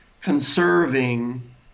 conserving